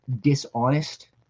dishonest